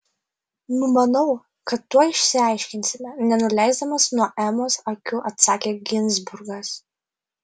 numanau kad tuoj išsiaiškinsime nenuleisdamas nuo emos akių atsakė ginzburgas